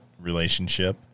relationship